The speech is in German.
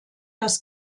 das